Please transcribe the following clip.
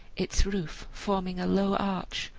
its roof forming a low arch,